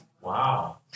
Wow